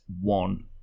one